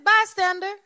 bystander